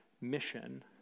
mission